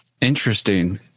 Interesting